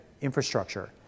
infrastructure